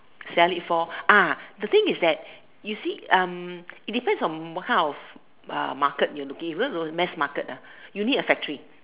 sell it for ah the thing is that you see um it depends on what kind of market you're looking because those mass market ah you need a factory